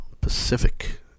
Pacific